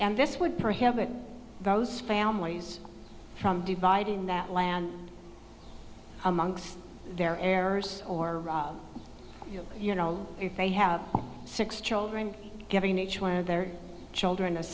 and this would prohibit those families from dividing that land among their errors or you know if they have six children giving each one of their children